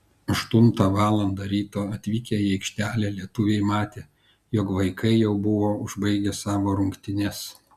aštuntą valandą ryto atvykę į aikštę lietuviai matė jog vaikai jau buvo užbaigę savo rungtynes